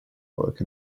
work